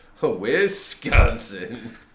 Wisconsin